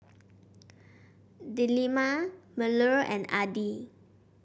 Delima Melur and Adi